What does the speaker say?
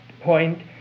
point